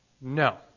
no